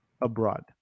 abroad